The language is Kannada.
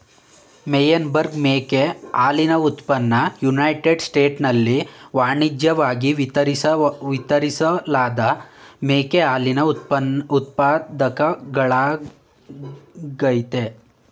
ಮೆಯೆನ್ಬರ್ಗ್ ಮೇಕೆ ಹಾಲಿನ ಉತ್ಪನ್ನ ಯುನೈಟೆಡ್ ಸ್ಟೇಟ್ಸ್ನಲ್ಲಿ ವಾಣಿಜ್ಯಿವಾಗಿ ವಿತರಿಸಲಾದ ಮೇಕೆ ಹಾಲಿನ ಉತ್ಪಾದಕಗಳಾಗಯ್ತೆ